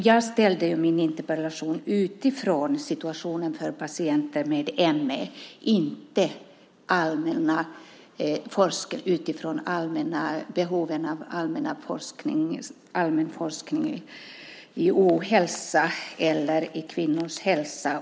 Jag ställde min interpellation utifrån situationen för patienter med ME, inte utifrån behoven av allmän forskning om ohälsa eller om kvinnors hälsa.